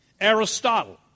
Aristotle